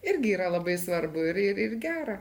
irgi yra labai svarbu ir ir ir gera